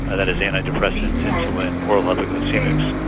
ah that is anti-depressants, insulin or hypoglycaemics,